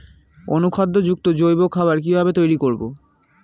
অনুখাদ্য যুক্ত জৈব খাবার কিভাবে তৈরি করব?